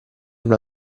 una